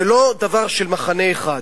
זה לא דבר של מחנה אחד.